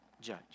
judge